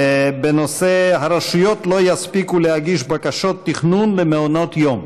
בנושא: הרשויות לא יספיקו להגיש בקשות תכנון למעונות יום.